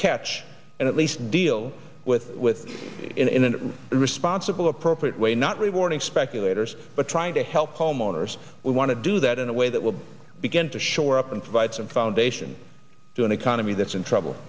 and at least deal with it in a responsible appropriate way not rewarding speculators but trying to help homeowners we want to do that in a way that will begin to shore up and provide some foundation to an economy that's in trouble